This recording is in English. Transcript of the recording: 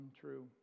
true